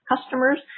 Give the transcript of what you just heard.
customers